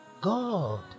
God